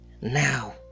now